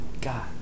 God